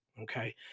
Okay